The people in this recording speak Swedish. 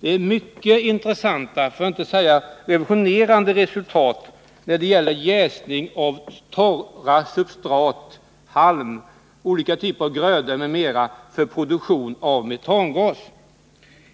Det är mycket intressanta, för att inte säga revolutionerande, resultat när det gäller jäsning av torra substrat, halm, olika typer av gröda m.m. för produktion av metangas.